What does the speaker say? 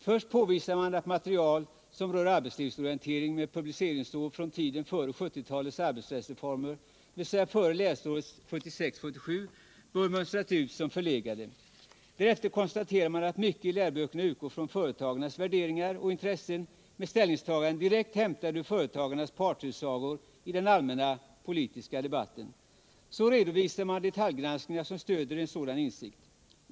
Först påvisar man att material som rör arbetslivsorientering med publiceringsår från tiden före 1970-talets arbetsrättsreformer, dvs. före läsåret 1976/77, bör mönstras ut som förlegat. Därefter konstaterar man att mycket i läroböckerna utgår från företagarnas värderingar och intressen med ställningstaganden direkt hämtade ur företagarnas partsutsagor i den allmänna politiska debatten. Så redovisar man detaljgranskningar som stöder en sådan insikt.